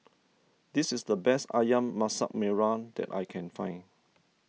this is the best Ayam Masak Merah that I can find